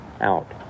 out